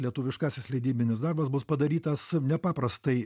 lietuviškasis leidybinis darbas bus padarytas nepaprastai